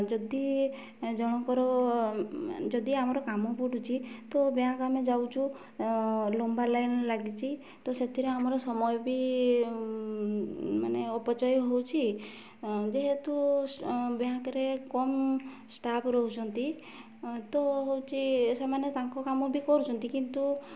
ଯଦି ଜଣଙ୍କର ଯଦି ଆମର କାମ ପଡ଼ୁଛି ତ ବ୍ୟାଙ୍କ ଆମେ ଯାଉଛୁ ଲମ୍ବା ଲାଇନ୍ ଲାଗିଛି ତ ସେଥିରେ ଆମର ସମୟ ବି ମାନେ ଅପଚୟ ହେଉଛି ଯେହେତୁ ବ୍ୟାଙ୍କରେ କମ୍ ଷ୍ଟାଫ୍ ରହୁଛନ୍ତି ତ ହେଉଛି ସେମାନେ ତାଙ୍କ କାମ ବି କରୁଛନ୍ତି କିନ୍ତୁ